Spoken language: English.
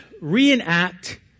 reenact